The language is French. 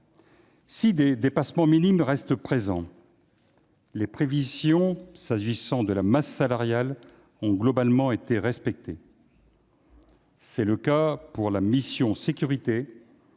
Si des dépassements minimes restent présents, les prévisions relatives à la masse salariale ont globalement été respectées. C'est le cas pour la mission « Sécurité